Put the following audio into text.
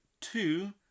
two